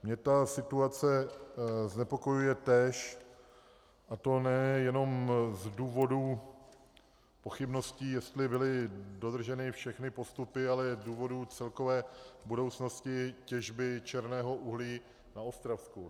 Mě ta situace znepokojuje též, a to nejenom z důvodu pochybností, jestli byly dodrženy všechny postupy, ale z důvodu celkové budoucnosti těžby černého uhlí na Ostravsku.